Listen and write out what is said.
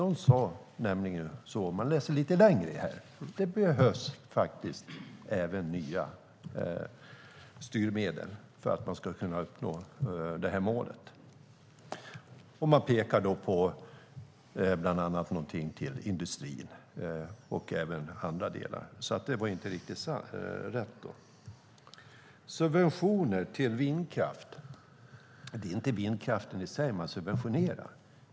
Om man läser lite längre ser man att det står att det även behövs nya styrmedel för att målet ska kunna uppnås. I rapporten pekar myndigheten på någonting till industrin och även andra delar. Det där var alltså inte riktigt rätt. Det talas om subventioner till vindkraft. Det är inte vindkraften i sig man subventionerar.